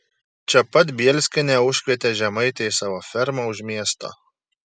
čia pat bielskienė užkvietė žemaitę į savo fermą už miesto